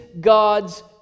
God's